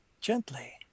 gently